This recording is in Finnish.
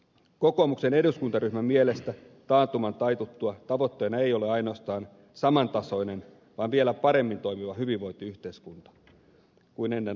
kokoomuksen eduskuntaryhmän mielestä taantuman taituttua tavoitteena ei ole ainoastaan samantasoinen vaan vielä paremmin toimiva hyvinvointiyhteiskunta kuin ennen lamaa oli